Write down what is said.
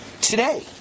today